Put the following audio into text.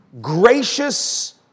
gracious